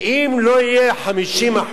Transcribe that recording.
ואם לא יהיה 50%,